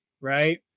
right